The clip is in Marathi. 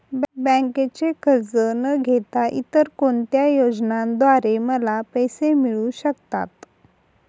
बँकेचे कर्ज न घेता इतर कोणत्या योजनांद्वारे मला पैसे मिळू शकतात?